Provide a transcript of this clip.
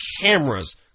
cameras